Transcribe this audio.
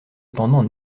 cependant